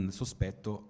sospetto